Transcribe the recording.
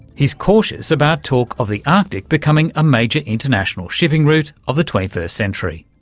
he's cautious about talk of the arctic becoming a major international shipping route of the twenty first century.